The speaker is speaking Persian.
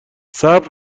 صبر